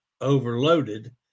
overloaded